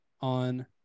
on